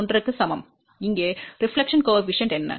1 க்கு சமம் இங்கே பிரதிபலிப்பு குணகம் என்ன